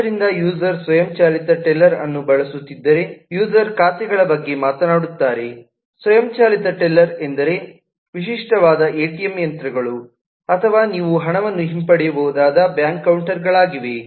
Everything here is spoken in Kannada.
ಆದ್ದರಿಂದ ಯೂಸರ್ ಸ್ವಯಂಚಾಲಿತ ಟೆಲ್ಲರ್ ಅನ್ನು ಬಳಸುತ್ತಿದ್ದರೆ ಯೂಸರ್ ಖಾತೆಗಳ ಬಗ್ಗೆ ಮಾತನಾಡುತ್ತಾರೆ ಸ್ವಯಂಚಾಲಿತ ಟೆಲ್ಲರ್ ಎಂದರೆ ವಿಶಿಷ್ಟವಾದ ಎಟಿಎಂ ಯಂತ್ರಗಳು ಅಥವಾ ನೀವು ಹಣವನ್ನು ಹಿಂಪಡೆಯಬಹುದಾದ ಬ್ಯಾಂಕ್ ಕೌಂಟರ್ಗಳಾಗಿವೆ